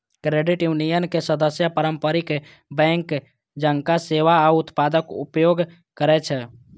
credit union के सदस्य पारंपरिक बैंक जकां सेवा आ उत्पादक उपयोग करै छै